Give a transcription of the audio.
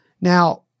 Now